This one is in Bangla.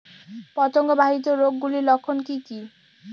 পতঙ্গ বাহিত রোগ গুলির লক্ষণ কি কি?